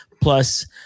Plus